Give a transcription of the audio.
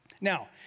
Now